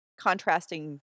contrasting